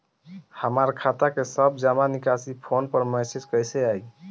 हमार खाता के सब जमा निकासी फोन पर मैसेज कैसे आई?